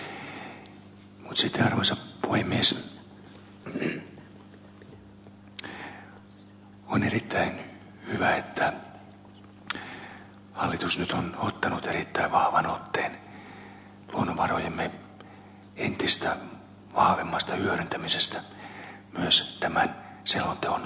mutta sitten arvoisa puhemies on erittäin hyvä että hallitus nyt on ottanut erittäin vahvan otteen luonnonvarojemme entistä vahvemmasta hyödyntämisestä myös tämän selonteon kautta